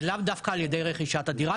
ולאו דווקא על ידי רכישת הדירה,